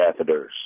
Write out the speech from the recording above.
catheters